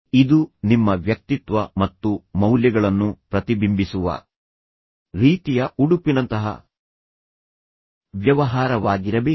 ಇದು ನಿಮ್ಮ ವ್ಯಕ್ತಿತ್ವ ಮತ್ತು ಮೌಲ್ಯಗಳನ್ನು ಪ್ರತಿಬಿಂಬಿಸುವ ರೀತಿಯ ಉಡುಪಿನಂತಹ ವ್ಯವಹಾರವಾಗಿರಬೇಕು